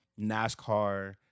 nascar